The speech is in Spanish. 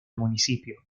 municipio